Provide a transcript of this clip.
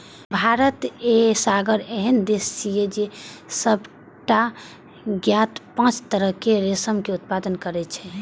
भारत एसगर एहन देश छियै, जे सबटा ज्ञात पांच तरहक रेशम के उत्पादन करै छै